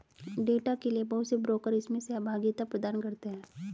data के लिये बहुत से ब्रोकर इसमें सहभागिता प्रदान करते हैं